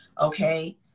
Okay